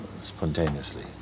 spontaneously